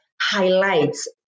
highlights